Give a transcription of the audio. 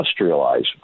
industrialize